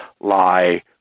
lie